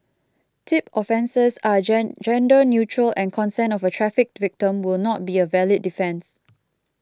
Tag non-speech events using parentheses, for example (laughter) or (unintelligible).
tip offences are (unintelligible) gender neutral and consent of a trafficked victim will not be a valid defence